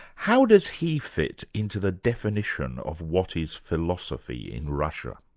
how does he fit into the definition of what is philosophy in russia?